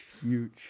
huge